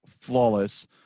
flawless